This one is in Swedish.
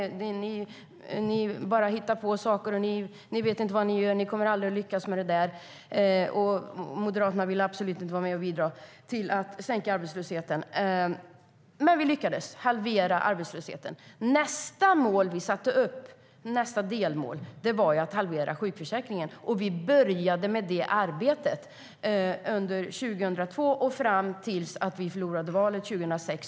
Ni bara hittar på saker. Ni vet inte vad ni gör, och ni kommer aldrig att lyckas med det. Moderaterna ville absolut inte vara med och bidra till att sänka arbetslösheten. Men vi lyckades halvera arbetslösheten. Nästa delmål vi satte upp var att halvera sjuktalen i sjukförsäkringen. Vi började med det arbetet under 2002 och fram till att vi förlorade valet 2006.